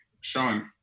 Sean